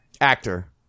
Actor